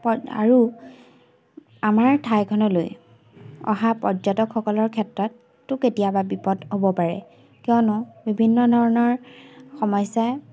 আৰু আমাৰ ঠাইখনলৈ অহা পৰ্যটকসকলৰ ক্ষেত্ৰততো কেতিয়াবা বিপদ হ'ব পাৰে কিয়নো বিভিন্ন ধৰণৰ সমস্যাই